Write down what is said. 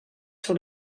sur